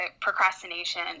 procrastination